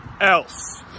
else